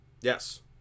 yes